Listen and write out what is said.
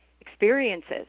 experiences